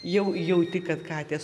jau jauti kad katės